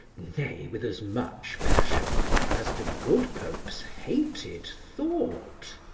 nay, with as much passion as the good popes hated thought.